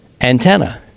antenna